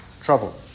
trouble